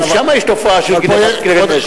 גם שם יש תופעה של גנבת כלי נשק.